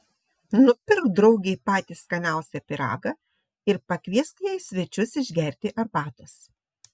nupirk draugei patį skaniausią pyragą ir pakviesk ją į svečius išgerti arbatos